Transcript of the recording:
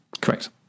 Correct